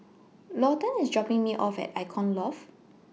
Lawton IS dropping Me off At Icon Loft